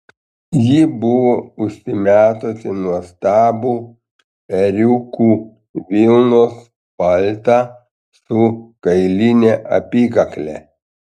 ji buvo užsimetusi nuostabų ėriukų vilnos paltą su kailine apykakle